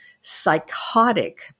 psychotic